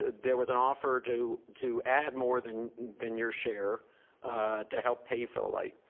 there was an offer to to add more than than your share to help pay for the light.